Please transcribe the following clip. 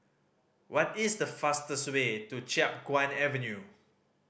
what is the fastest way to Chiap Guan Avenue